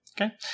okay